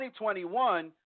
2021